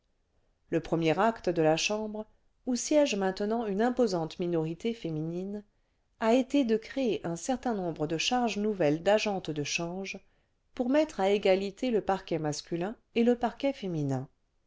le premier acte de la chambre où siège maintenant une imposante minorité féminine a été de créer un certain nombre cle charges nouvelles d'agentes de change pour mettre à égalité le parquet masculin et le parquet féminin